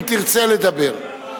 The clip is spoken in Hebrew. אם תרצה לדבר,